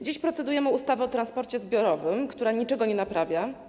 Dziś procedujemy nad ustawą o transporcie zbiorowym, która niczego nie naprawia.